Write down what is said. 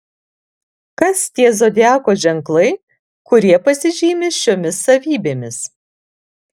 kas tie zodiako ženklai kurie pasižymi šiomis savybėmis